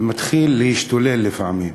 ומתחיל להשתולל לפעמים.